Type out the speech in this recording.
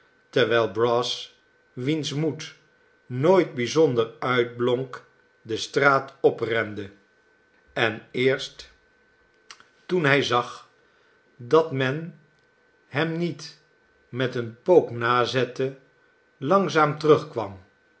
terwijl brass wiens moed nooit bijzonder uitblonk de straat oprende en eerst toen hij zag dat men hem niet met een pook nazette langzaam terugkwam